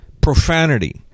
profanity